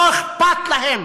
לא אכפת להם,